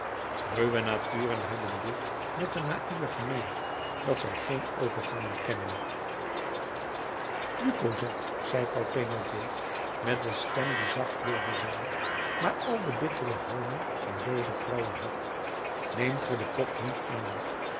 ruwe naturen hebben dit met de naïeve gemeen dat zij geen overgangen kennen nu cosette zei vrouw thénardier met een stem die zacht wilde zijn maar al den bitteren honig van booze vrouwen had neemt ge de pop niet aan